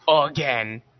again